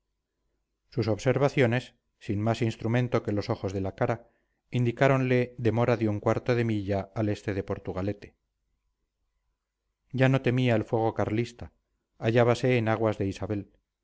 sus observaciones sin más instrumento que los ojos de la cara indicáronle demora de un cuarto de milla al este de portugalete ya no temía el fuego carlista hallábase en aguas de isabel